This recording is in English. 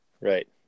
Right